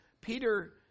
Peter